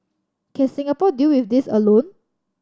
can Singapore deal with this alone